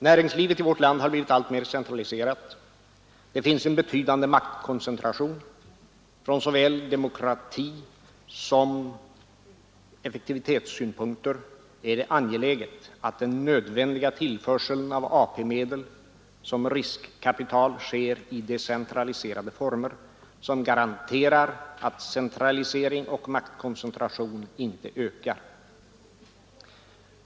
Näringslivet i vårt land har blivit alltmer centraliserat. Det finns en betydande maktkoncentration. Från såväl demokratisom effektivitetssynpunkter är det angeläget att den nödvändiga tillförelsen av AP-medel som riskkapital sker i decentraliserade former, som garanterar att centralisering och maktkoncentration inte ökar.